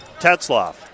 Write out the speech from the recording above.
Tetzloff